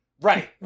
Right